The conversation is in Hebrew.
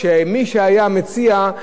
שמי שהיה מציע,